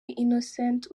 innocent